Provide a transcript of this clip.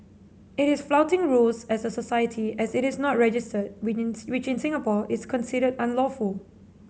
it is flouting rules as a society as it is not registered which in Singapore is considered unlawful